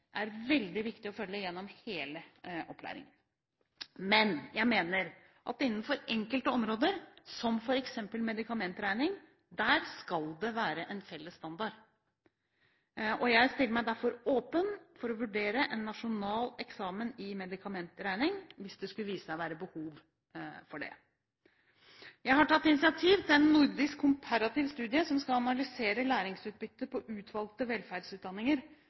er veldig viktig å følge gjennom hele opplæringen. Men jeg mener at innenfor enkelte områder, som f.eks. innenfor medikamentregning, skal det være en felles standard. Jeg stiller meg derfor åpen for å vurdere en nasjonal eksamen i medikamentregning hvis det skulle vise seg å være behov for det. Jeg har tatt initiativ til en nordisk komparativ studie som skal analysere læringsutbyttet på utvalgte velferdsutdanninger